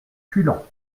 culan